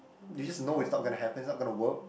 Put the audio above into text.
do you just know it's not gonna happen it's not gonna work